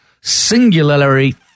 singularly